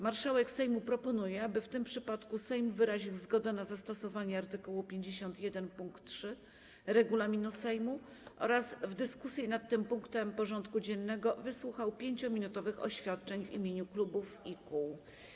Marszałek Sejmu proponuje, aby w tym przypadku Sejm wyraził zgodę na zastosowanie art. 51 pkt 3 regulaminu Sejmu oraz w dyskusji nad tym punktem porządku dziennego wysłuchał 5-minutowych oświadczeń w imieniu klubów i kół.